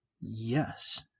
yes